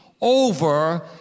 over